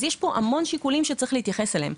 לכן יש פה המון שיקולים שצריך להתייחס אליהם.